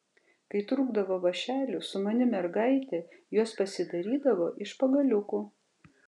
kai trūkdavo vąšelių sumani mergaitė juos pasidarydavo iš pagaliukų